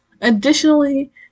Additionally